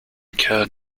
kern